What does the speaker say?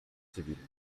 cywilny